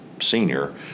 senior